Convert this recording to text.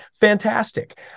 Fantastic